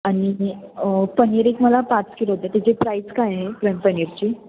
आणि पनीर एक मला पाच किलो द्या त्याची प्राईस काय आहे पनीरची